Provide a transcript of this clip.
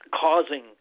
causing